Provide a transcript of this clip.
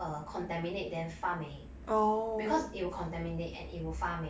uh contaminate then 发霉 because it will contaminate and it will 发霉